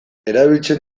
erabiltzen